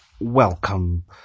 welcome